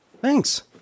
Thanks